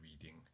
reading